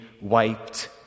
wiped